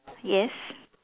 yes